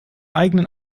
eigenen